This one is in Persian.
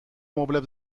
مبلت